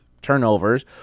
turnovers